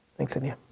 thanks india.